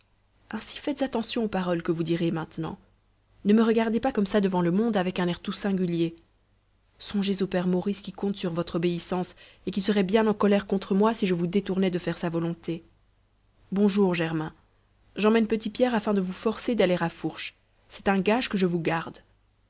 ainsi faites attention aux paroles que vous direz maintenant ne me regardez pas comme ça devant le monde avec un air tout singulier songez au père maurice qui compte sur votre obéissance et qui serait bien en colère contre moi si je vous détournais de faire sa volonté bonjour germain j'emmène petit pierre afin de vous forcer d'aller à fourche c'est un gage que je vous garde